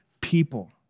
people